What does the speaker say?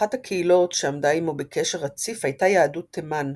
אחת הקהילות שעמדה עמו בקשר רציף הייתה יהדות תימן,